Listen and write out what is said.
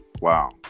Wow